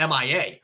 MIA